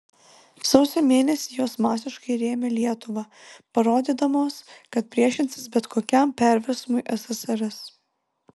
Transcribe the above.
sausio mėnesį jos masiškai rėmė lietuvą parodydamos kad priešinsis bet kokiam perversmui ssrs